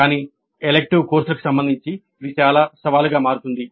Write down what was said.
కానీ ఎలిక్టివ్ కోర్సులకు సంబంధించి ఇది చాలా సవాలుగా మారుతుంది